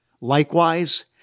Likewise